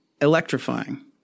Electrifying